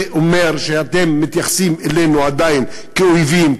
זה אומר שאתם מתייחסים אלינו עדיין כאויבים,